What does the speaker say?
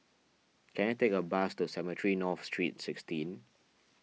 can I take a bus to Cemetry North Street sixteen